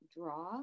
draw